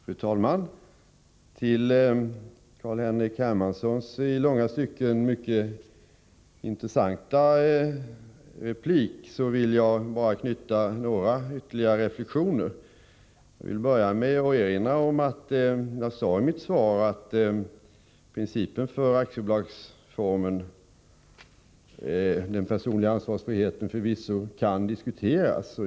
Fru talman! Till Carl-Henrik Hermanssons i långa stycken mycket intressanta inlägg vill jag bara knyta några ytterligare reflexioner. Till att börja med vill jag erinra om att jag i mitt svar sade att principen för aktiebolagsformen — den personliga ansvarsfriheten — förvisso kan diskuteras.